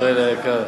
ישראל היקר,